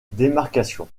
démarcation